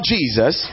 Jesus